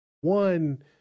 One